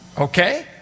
Okay